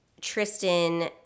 Tristan